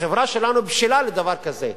החברה שלנו בשלה לדבר כזה.